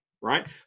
right